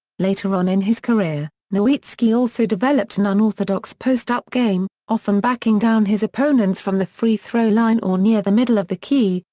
later on in his career, nowitzki also developed an unorthodox post up game, often backing down his opponents from the free throw line or near the middle of the key,